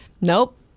Nope